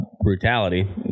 brutality